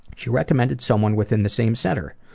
she recommended someone within the same center.